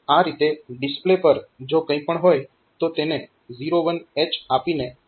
તો આ રીતે ડિસ્પ્લે પર જો કંઈ પણ હોય તો તેને 01H આપીને દૂર કરી શકાશે